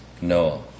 Noah